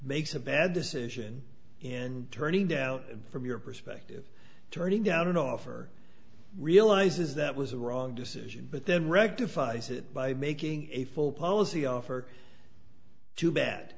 makes a bad decision in turning down from your perspective turning down an offer realizes that was a wrong decision but then rectifies it by making a full policy offer too bad